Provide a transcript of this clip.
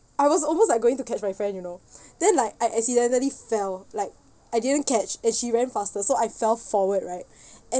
I was almost like going to catch my friend you know then like I accidentally fell like I didn't catch and she ran faster so I fell forward right and